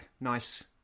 nice